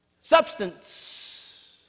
substance